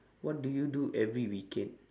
what do you do every weekend